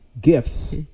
Gifts